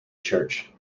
church